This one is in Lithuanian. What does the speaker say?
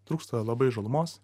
trūksta labai žalumos